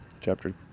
chapter